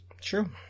True